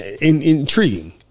intriguing